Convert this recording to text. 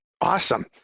Awesome